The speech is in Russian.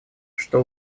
что